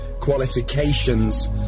qualifications